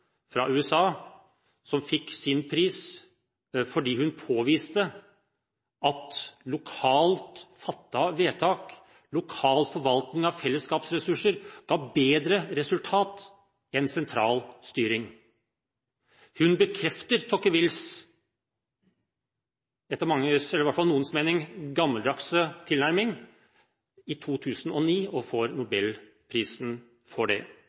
fra USA, som fikk sin pris fordi hun påviste at lokalt fattede vedtak og lokal forvaltning av fellesskapsressurser ga bedre resultat enn sentral styring. Hun bekrefter Tocquevilles – etter noens mening – gammeldagse tilnærming i 2009, og hun fikk nobelprisen for det.